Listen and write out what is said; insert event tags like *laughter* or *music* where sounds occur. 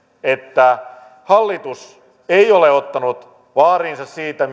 että hallitus ei ole ottanut vaarin siitä *unintelligible*